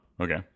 Okay